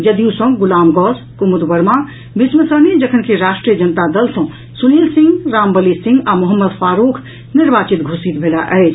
जदयू सँ गुलाम गौस कुमुद वर्मा भीष्म सहनी जखनकि राष्ट्रीय जनता दल सँ सुनील सिंह रामबली सिंह आ मोहम्मद फारूख निर्वाचित घोषित भेलाह अछि